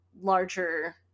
larger